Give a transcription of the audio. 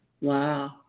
Wow